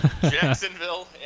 Jacksonville